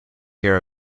care